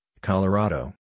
Colorado